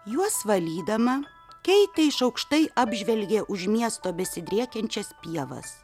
juos valydama keitė iš aukštai apžvelgė už miesto besidriekiančias pievas